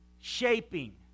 shaping